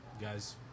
guy's –